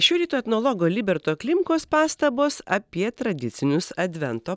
šio ryto etnologo liberto klimkos pastabos apie tradicinius advento